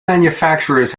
manufacturers